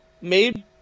made